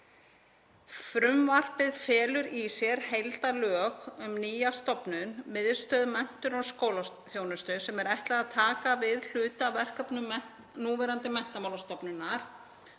Frumvarpið felur í sér heildarlög um nýja stofnun, Miðstöð menntunar og skólaþjónustu, sem er ætlað taka við hluta af verkefnum Menntamálastofnunar